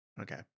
Okay